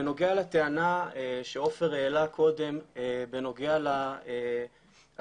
בנוגע לטענה שעופר העלה קודם בנוגע להסמכה,